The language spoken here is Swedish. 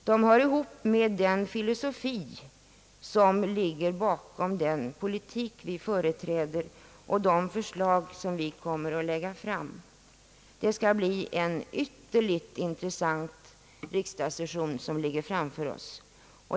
De hör ihop med filosofin bakom den politik vi företräder och de förslag vi kommer att lägga fram. Det är en ytterligt intressant riksdagssession som ligger framför oss.